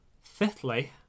Fifthly